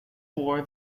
war